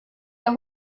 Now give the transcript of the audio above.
der